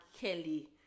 Kelly